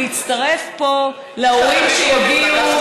להצטרף פה להורים שיגיעו,